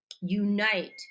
unite